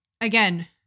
again